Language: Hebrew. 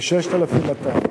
כ-6,200.